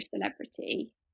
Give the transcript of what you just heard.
celebrity